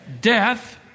Death